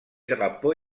drapeau